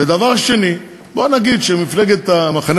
לא נבחר,